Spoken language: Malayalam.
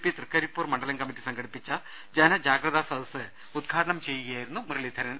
പി തൃക്കരിപ്പൂർ മണ്ഡലം കമ്മിറ്റി സംഘടിപ്പിച്ച ജനജാഗ്രതാ സദസ് ഉദ്ഘാടനം ചെയ്യുകയായിരുന്നു മുരളീധരൻ